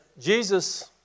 Jesus